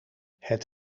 het